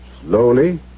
slowly